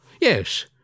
Yes